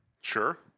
Sure